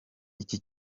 iki